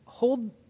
Hold